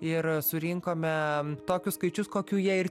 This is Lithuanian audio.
ir surinkome tokius skaičius kokių jie ir